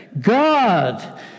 God